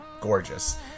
gorgeous